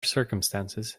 circumstances